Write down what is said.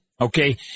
okay